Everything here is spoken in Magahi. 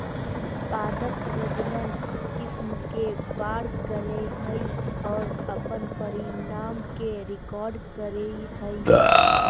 पादप प्रजनन किस्म के पार करेय हइ और अपन परिणाम के रिकॉर्ड करेय हइ